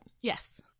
Yes